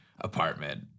apartment